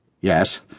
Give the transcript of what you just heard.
Yes